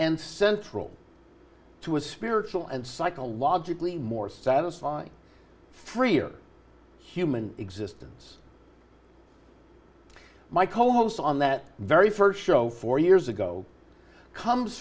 and central to a spiritual and psychologically more satisfying freer human existence my co host on that very st show four years ago comes